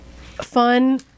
fun